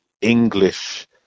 English